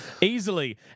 easily